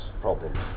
problems